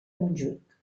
montjuïc